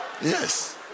Yes